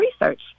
research